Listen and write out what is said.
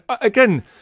again